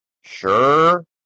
sure